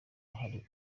hari